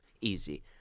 Easy